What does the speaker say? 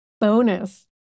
Bonus